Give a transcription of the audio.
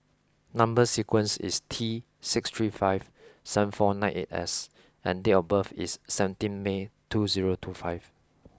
number sequence is T six three five seven four nine eight S and date of birth is seventeenth May two zero two five